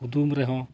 ᱠᱩᱫᱩᱢ ᱨᱮᱦᱚᱸ